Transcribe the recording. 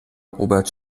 robert